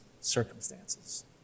circumstances